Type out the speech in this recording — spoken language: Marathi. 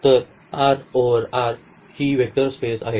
तर R ओव्हर R ही वेक्टर स्पेस आहे